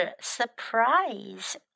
surprise